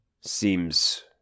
seems